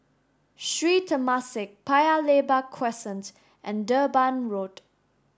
Sri Temasek Paya Lebar Crescent and Durban Road